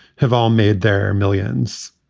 have all made their millions.